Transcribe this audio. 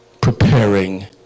preparing